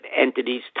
entities